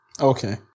Okay